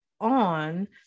on